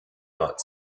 not